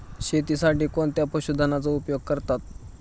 शेतीसाठी कोणत्या पशुधनाचा उपयोग करतात?